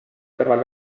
kõrval